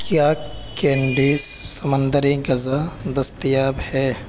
کیا کینڈیز سمندری غذا دستیاب ہے